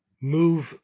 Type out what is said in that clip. move